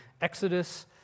exodus